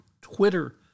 Twitter